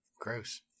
gross